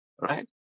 right